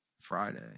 Friday